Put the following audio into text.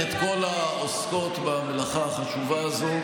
ואני באמת מברך את כל העוסקות במלאכה החשובה הזו,